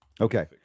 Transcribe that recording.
Okay